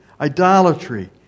idolatry